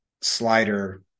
slider